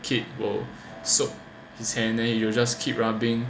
kid would soak his hand then he will just keep rubbing